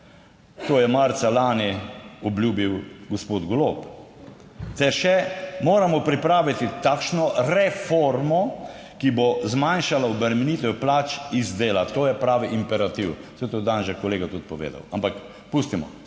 To je marca lani obljubil gospod Golob, se še moramo pripraviti takšno reformo, ki bo zmanjšala obremenitev plač iz dela. To je pravi imperativ. Saj to je danes že kolega tudi povedal, ampak pustimo.